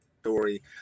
story